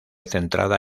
centrada